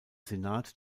senat